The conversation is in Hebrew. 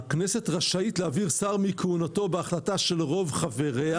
"הכנסת רשאית להעביר שר מכהונתו בהחלטה של רוב חבריה,